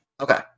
Okay